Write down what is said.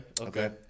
Okay